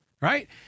right